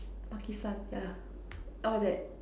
makisan yeah all that